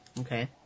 Okay